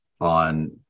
on